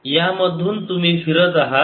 या मधून तुम्ही फिरत आहात